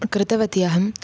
कृतवती अहं